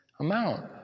amount